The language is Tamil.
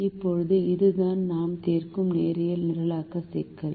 இப்போது இதுதான் நாம் தீர்க்கும் நேரியல் நிரலாக்க சிக்கல்